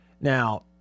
Now